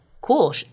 Cool